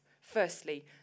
Firstly